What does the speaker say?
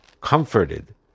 comforted